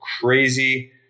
crazy